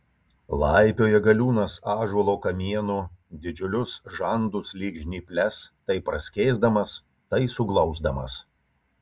laipioja galiūnas ąžuolo kamienu didžiulius žandus lyg žnyples tai praskėsdamas tai suglausdamas